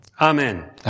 Amen